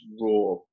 raw